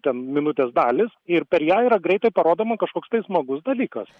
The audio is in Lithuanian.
ten minutės dalys ir per ją yra greitai parodoma kažkoks tai smagus dalykas